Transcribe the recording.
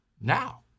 now